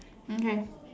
okay